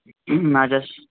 நான் ஜஸ்ட்